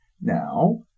Now